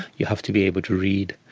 you have to be able to read,